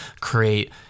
create